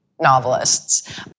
novelists